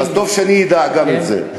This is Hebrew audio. טוב שאני אדע את זה.